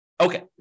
Okay